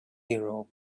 hero